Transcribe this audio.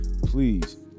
please